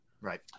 Right